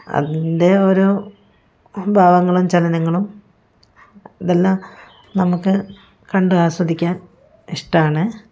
അതിൻ്റെ ഓരോ ഭാവങ്ങളും ചലനങ്ങളും ഇതെല്ലാം നമുക്ക് കണ്ട് ആസ്വദിക്കാൻ ഇഷ്ടമാണ്